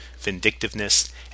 vindictiveness